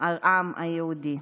העם היהודי.